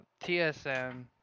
TSM